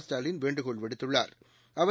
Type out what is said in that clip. ஸ்டாலின் வேண்டுகோள் விடுத்துள்ளா்